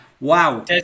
wow